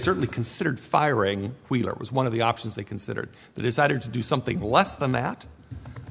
certainly considered firing wheeler was one of the options they considered that is either to do something less than that